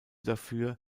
dafür